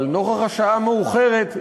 אבל נוכח השעה המאוחרת,